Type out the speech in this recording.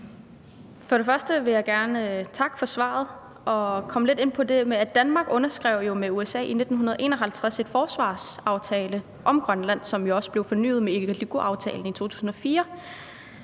For det første vil jeg gerne takke for svaret og så komme lidt ind på det med, at Danmark jo i 1951 underskrev en forsvarsaftale med USA om Grønland, en aftale, som jo også blev fornyet med Igalikuaftalen i 2004.